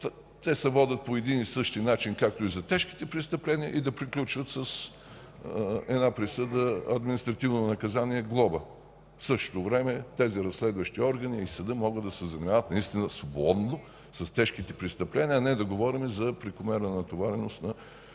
се водят по един и същи начин както и за тежките престъпления, и да приключват с една присъда административно наказание „глоба”. В същото време тези разследващи органи и съдът могат да се занимават наистина свободно с тежките престъпления, а не да говорим за прекомерна натовареност на